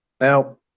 Now